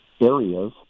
areas